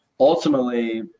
Ultimately